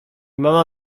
mama